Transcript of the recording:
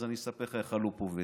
אז אני אספר לך איך הלופ עובד.